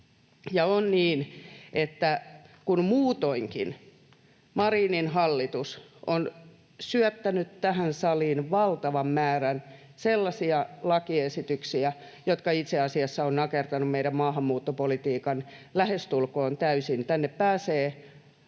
on niin, että kun muutoinkin Marinin hallitus on syöttänyt tähän saliin valtavan määrän sellaisia lakiesityksiä, jotka itse asiassa ovat nakertaneet meidän maahanmuuttopolitiikan lähestulkoon täysin — tänne pääsee